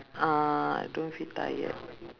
uh don't feel tired